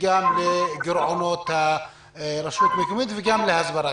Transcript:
ולגירעונות הרשויות וגם להסברה.